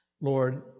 Lord